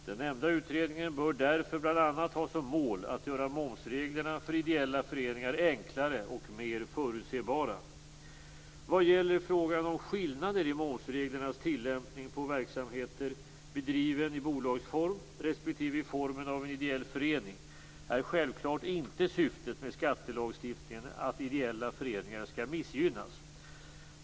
Den nämnda utredningen bör därför bl.a. ha som mål att göra momsreglerna för ideella föreningar enklare och mer förutsebara. Vad gäller frågan om skillnader i momsreglernas tillämpning på verksamhet bedriven i bolagsform respektive i formen av en ideell förening är självklart inte syftet med skattelagstiftningen att ideella föreningar skall missgynnas.